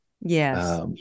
Yes